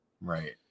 Right